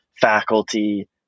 faculty